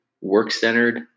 work-centered